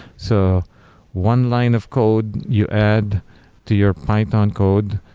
so one line of code you add to your python code,